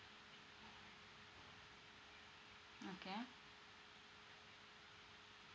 okay